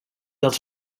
els